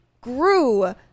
grew